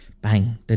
Bang